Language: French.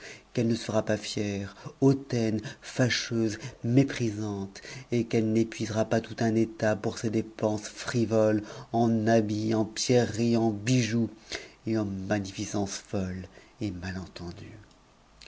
qu'elle ne sera pas fière hau fâcheuse méprisante et qu'elle n'épuisera pas tout un état pour ses penses l'ivotes en habits en pierreries en bijoux et en magnificence ct